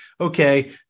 okay